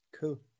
Cool